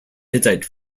hittite